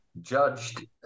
judged